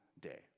day